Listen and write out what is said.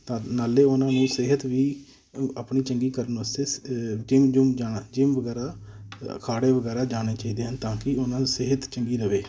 ਤਾਂ ਨਾਲੇ ਉਹਨਾਂ ਨੂੰ ਸਿਹਤ ਵੀ ਅ ਆਪਣੀ ਚੰਗੀ ਕਰਨ ਵਾਸਤੇ ਜਿੰਮ ਜੂੰਮ ਜਾਣਾ ਜਿੰਮ ਵਗੈਰਾ ਅ ਅਖਾੜੇ ਵਗੈਰਾ ਜਾਣੇ ਚਾਹੀਦੇ ਹਨ ਤਾਂ ਕਿ ਉਹਨਾਂ ਸਿਹਤ ਚੰਗੀ ਰਹੇ